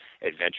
adventure